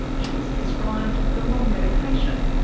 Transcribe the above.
she was prescribed the wrong medication,